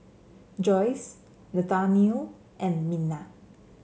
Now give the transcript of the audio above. Joyce Nathanael and Minna